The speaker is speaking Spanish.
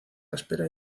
áspera